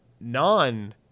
non